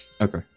Okay